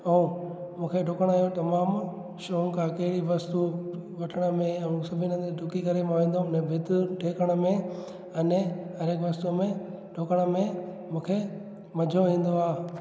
ऐं मूंखे डुकण जो तमामु शौक़ु आहे कहिड़ी बि वस्तु वठण में ऐं सभिनि हंधि ड्रुकी करे मां वेंदो हुयमि न भिति ठेकण में अने हर हिकु वस्तु में डुकण में मूंखे मज़ो ईंदो आहे